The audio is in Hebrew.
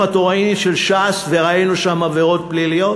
התורני" של ש"ס וראינו שם עבירות פליליות?